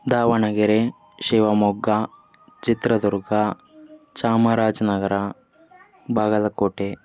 Davanagere Shivamogga Chitradurga Chamarajanagar Bagalkot